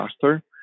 faster